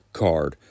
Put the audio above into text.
card